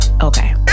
Okay